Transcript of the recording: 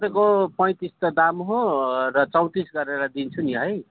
तपाईँको पैँतिस त दाम हो र चौतिस गरेर दिन्छु नि है